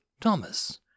Thomas